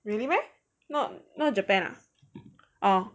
really meh not not Japan ah